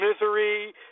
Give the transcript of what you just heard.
misery